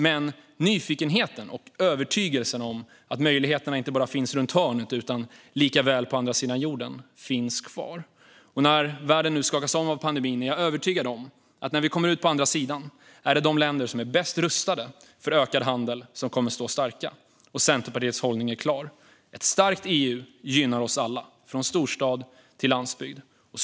Men nyfikenheten och övertygelsen om att möjligheterna inte bara finns runt hörnet utan lika väl på andra sidan jorden finns kvar. När världen nu skakas om av pandemin är jag övertygad om att när vi kommer ut på andra sidan är det de länder som är bäst rustade för ökad handel som kommer att stå starka. Och Centerpartiets hållning är klar: Ett starkt EU gynnar oss alla, från storstad till landsbygd.